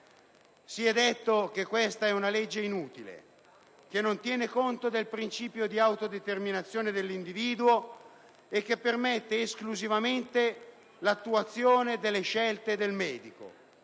Si è detto che questa è una legge inutile, che non tiene conto del principio di autodeterminazione dell'individuo e che permette esclusivamente l'attuazione delle scelte del medico.